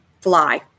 Fly